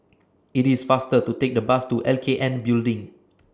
IT IS faster to Take The Bus to L K N Building